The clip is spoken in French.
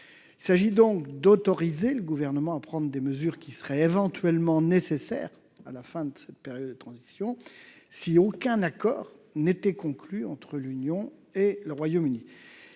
Il s'agit donc d'autoriser le Gouvernement à prendre des mesures qui seraient éventuellement nécessaires, à la fin de cette période de transition, si aucun accord n'était conclu entre l'Union européenne et le Royaume-Uni.